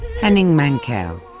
henning mankell.